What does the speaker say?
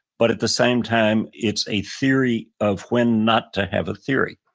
but at the same time it's a theory of when not to have a theory.